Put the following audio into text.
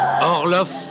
Orloff